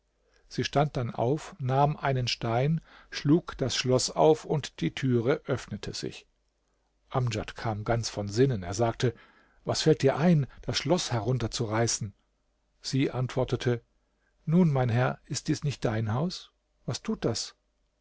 sie stand dann auf nahm einen stein schlug das schloß auf und die türe öffnete sich amdjad kam ganz von sinnen er sagte was fällt dir ein das schloß herunter zu reißen sie antwortete nun mein herr ist dies nicht dein haus was tut das